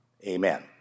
Amen